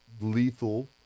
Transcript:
lethal